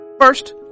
First